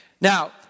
Now